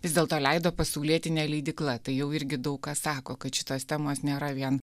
vis dėlto leido pasaulietinė leidykla tai jau irgi daug ką sako kad šitos temos nėra vien